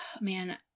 man